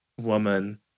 woman